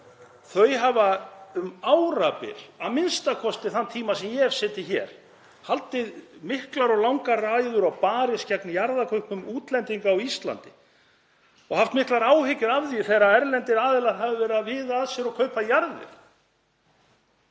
Þau hafa um árabil, a.m.k. þann tíma sem ég hef setið hér, haldið miklar og langar ræður og barist gegn jarðakaupum útlendinga á Íslandi og haft miklar áhyggjur af því þegar erlendir aðilar hafa verið að viða að sér og kaupa jarðir.